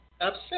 upset